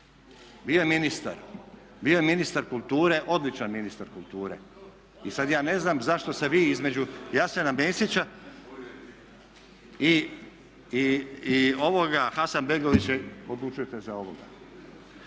bio je ministar kulture, odličan ministar kulture. I sada ja ne znam zašto se vi između Jasena Mesića i ovoga Hasanbegovića odlučujete za ovoga.